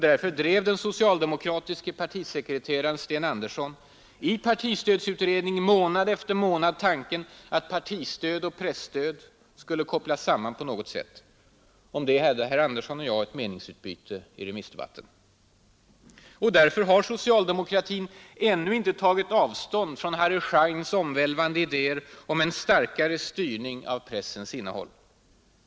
Därför drev den socialdemokratiske partisekreteraren Sten Andersson i partistödsutredningen månad efter månad tanken att partistöd och presstöd skulle kopplas samman på något sätt. Om det hade herr Andersson och jag ett meningsutbyte i remissdebatten. Därför har socialdemokratin ännu inte tagit avstånd från Harry Scheins omvälvande idéer om en starkare styrning av pressens innehåll.